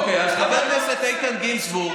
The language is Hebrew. אוקיי, אז חבר הכנסת איתן גינזבורג,